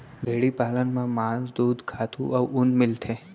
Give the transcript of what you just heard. भेड़ी पालन म मांस, दूद, खातू अउ ऊन मिलथे